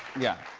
yeah.